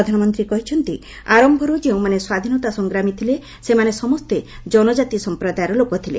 ପ୍ରଧାନମନ୍ତ୍ରୀ କହିଛନ୍ତି ଆରମ୍ଭରୁ ଯେଉଁମାନେ ସ୍ୱାଧୀନତା ସଂଗ୍ରାମୀ ଥିଲେ ସେମାନେ ସମସ୍ତେ ଜନଜାତି ସମ୍ପ୍ରଦାୟର ଲୋକ ଥିଲେ